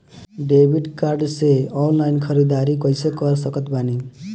Debit card से online ख़रीदारी कैसे कर सकत बानी?